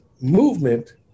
movement